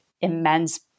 immense